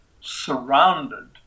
surrounded